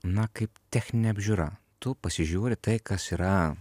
na kaip techninė apžiūra tu pasižiūri tai kas yra